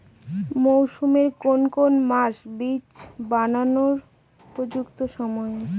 মরসুমের কোন কোন মাস বীজ বোনার উপযুক্ত সময়?